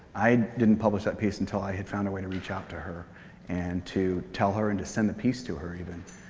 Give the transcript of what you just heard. i didn't publish that piece until i had found a way to reach out to her and to tell her and to send that piece to her, even.